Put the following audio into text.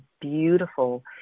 beautiful